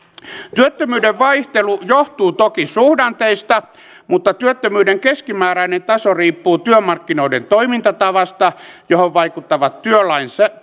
työttömyyden vaihtelu johtuu toki suhdanteista mutta työttömyyden keskimääräinen taso riippuu työmarkkinoiden toimintatavasta johon vaikuttavat työlainsäädäntö